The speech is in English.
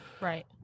Right